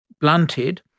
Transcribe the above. blunted